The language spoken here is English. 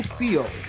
feel